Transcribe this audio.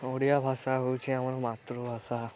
ଓଡ଼ିଆ ଭାଷା ହଉଛି ଆମର ମାତୃଭାଷା